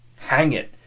hang it!